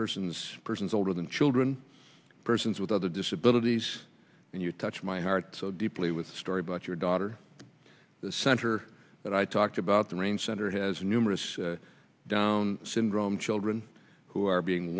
persons persons older than children persons with other disabilities and you touch my heart so deeply with the story about your daughter the center that i talked about the range center has numerous down syndrome children who are being